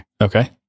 Okay